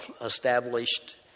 established